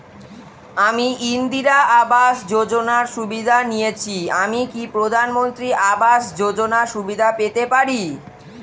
আমি ইন্দিরা আবাস যোজনার সুবিধা নেয়েছি আমি কি প্রধানমন্ত্রী আবাস যোজনা সুবিধা পেতে পারি?